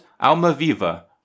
Almaviva